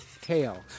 Tail